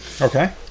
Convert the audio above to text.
Okay